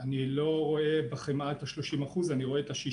אני לא רואה בחמאה את ה-30% אני רואה את ה-63%.